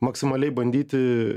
maksimaliai bandyti